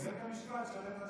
ובית המשפט שולט על שניהם.